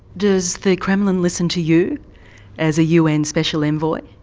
does the kremlin listen to you as a un special envoy?